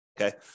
Okay